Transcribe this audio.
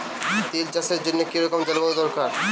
তিল চাষের জন্য কি রকম জলবায়ু দরকার?